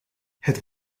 het